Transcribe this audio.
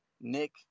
Nick